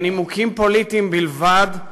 מנימוקים פוליטיים בלבד,